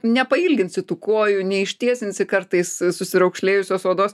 nepailginsi tų kojų neištiesinsi kartais susiraukšlėjusios odos